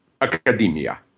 academia